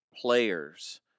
players